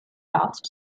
dust